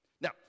Now